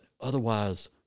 otherwise